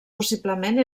possiblement